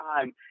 time